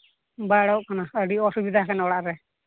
ᱵᱟᱭ ᱚᱰᱳᱠᱚᱜ ᱠᱟᱱᱟ ᱟᱹᱰᱤ ᱚᱥᱩᱵᱤᱫᱟ ᱠᱟᱱᱟ ᱚᱲᱟᱜ ᱨᱮ